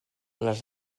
les